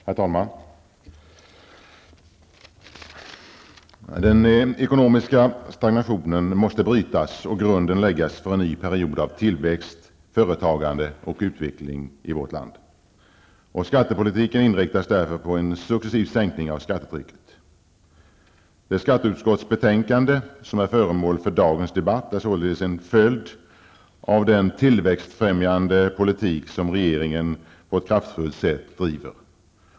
Herr talman! Den ekonomiska stagnationen måste brytas och grunden läggas för en ny period av tillväxt, företagande och utveckling i Sverige. Skattepolitiken inriktas därför på en successiv sänkning av skattetrycket. Det skatteutskottsbetänkande som är föremål för dagens debatt är således en följd av den tillväxtfrämjande politik som regeringen på ett kraftfullt sätt bedriver.